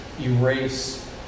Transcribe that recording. erase